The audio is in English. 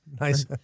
Nice